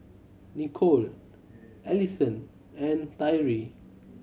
Nicole Alisson and Tyree